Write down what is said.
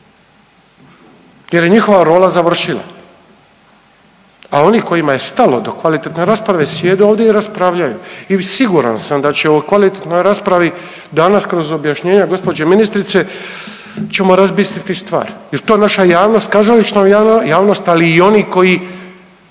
jer je njihova rola završila. A oni kojima je stalo do kvalitetne rasprave sjede ovdje i raspravljaju i siguran sam da će u kvalitetnoj raspravi danas kroz objašnjenja gospođe ministrice ćemo razbistriti stvari jer to naša javnost, kazališna javnost, ali i oni koji